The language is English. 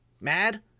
mad